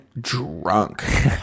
drunk